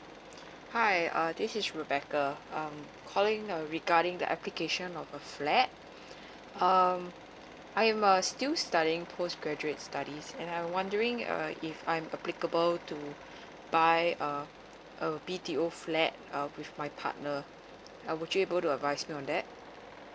hi uh this is rebecca I'm calling uh regarding the application of a flat um I'm a still studying post graduate studies and I wondering err if I'm applicable to buy uh a B_T_O flat uh with my partner err would you able to advice me on that